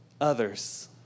others